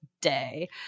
day